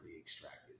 extracted